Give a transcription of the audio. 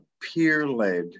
peer-led